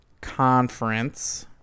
conference